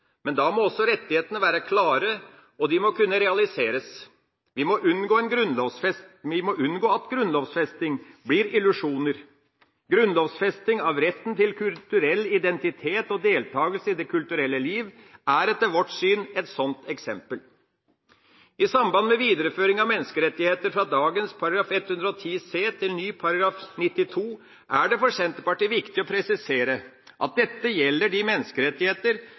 Men da må også rettighetene være klare, og de må kunne realiseres. Vi må unngå at grunnlovfesting blir illusjoner. Grunnlovfesting av retten til kulturell identitet og deltakelse i det kulturelle liv er etter vårt syn et sånt eksempel. I samband med videreføring av menneskerettigheter fra dagens § 110 c til ny § 92 er det for Senterpartiet viktig å presisere at dette gjelder de menneskerettigheter